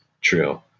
true